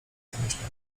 zamyślona